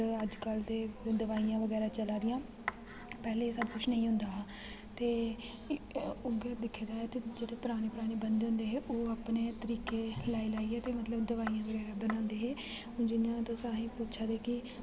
अज्जकल ते दवाइयां बगैरा चला दियां पैह्ले एह् सब कुछ नेईं होंदा हा ते उ'ऐ दिक्खेआ जाये ते जेह्ड़े परानें परानें बंदे होंदे हे ओह् अपने तरीके लाई लाइयै ते मतलब दवाइयां बगैरा बनांदे हे हून जि'यां तुस अहें ई पुच्छा दे कि